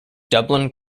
dublin